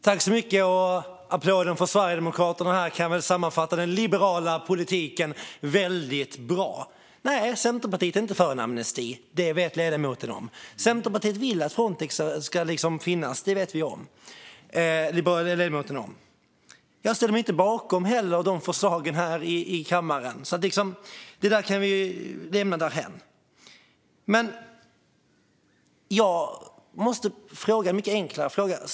Fru talman! Applåden från Sverigedemokraterna här kan väl sammanfatta den liberala politiken väldigt bra. Centerpartiet är inte för en amnesti. Det vet ledamoten om. Centerpartiet vill att Frontex ska finnas. Det vet ledamoten om. Jag ställer mig inte heller bakom de förslagen här i kammaren. Det kan vi lämna därhän. Jag måste ställa en mycket enklare fråga.